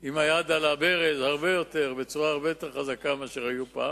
עם היד על הברז בצורה הרבה יותר חזקה מאשר היה פעם.